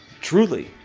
truly